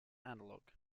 analog